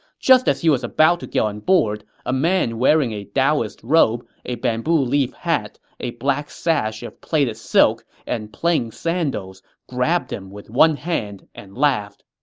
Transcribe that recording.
just as he was about to get on board, a man wearing a daoist robe, a bamboo-leaf hat, a black sash of plaited silk, and plain sandals grabbed him with one hand and laughed